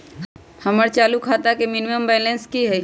हमर चालू खाता के मिनिमम बैलेंस कि हई?